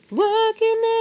working